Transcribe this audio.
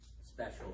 special